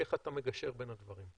איך אתה מגשר בין הדברים?